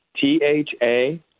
T-H-A